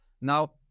Now